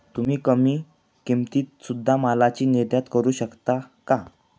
तुम्ही कमी किमतीत सुध्दा मालाची निर्यात करू शकता का